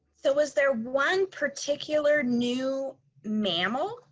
so was there one particular new mammal,